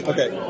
Okay